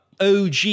OG